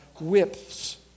whips